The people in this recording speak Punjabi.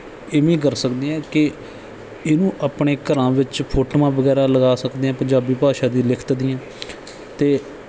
ਇਵੇਂ ਕਰ ਸਕਦੇ ਹਾਂ ਕਿ ਇਹਨੂੰ ਆਪਣੇ ਘਰਾਂ ਵਿੱਚ ਫੋਟੋਆਂ ਵਗੈਰਾ ਲਗਾ ਸਕਦੇ ਹਾਂ ਪੰਜਾਬੀ ਭਾਸ਼ਾ ਦੀ ਲਿਖਤ ਦੀਆਂ ਅਤੇ